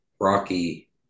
rocky